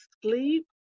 Sleep